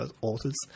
authors